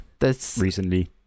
recently